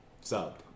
sub